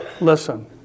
listen